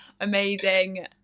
amazing